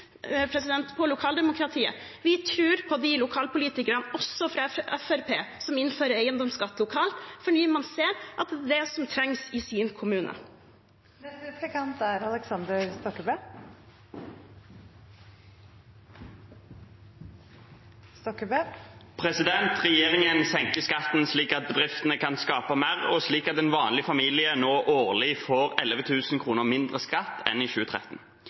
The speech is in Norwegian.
på de lokalpolitikerne, også fra Fremskrittspartiet, som innfører eiendomsskatt lokalt, fordi de ser at det er det som trengs i sin kommune. Regjeringen senker skattene slik at bedriftene kan skape mer, og slik at en vanlig familie nå årlig får 11 000 kr mindre i skatt enn i 2013.